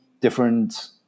different